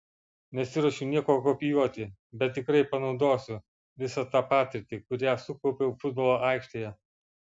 nesiruošiu nieko kopijuoti bet tikrai panaudosiu visą tą patirtį kurią sukaupiau futbolo aikštėje